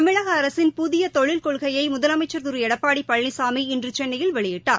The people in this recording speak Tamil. தமிழக அரசின் புதிய தொழில் கொள்கையை முதலமைச்ச்ர் திரு எடப்பாடி பழனிசாமி இன்று சென்னையில் வெளியிட்டார்